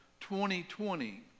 2020